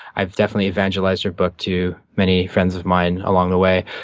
i've definitely evangelized your book to many friends of mine along the way.